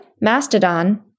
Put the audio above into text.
Mastodon